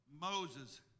Moses